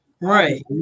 Right